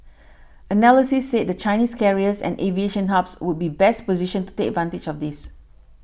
analysts said the Chinese carriers and aviation hubs would be best positioned to take advantage of this